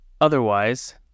Otherwise